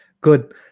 good